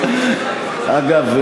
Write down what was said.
אגב,